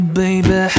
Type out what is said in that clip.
baby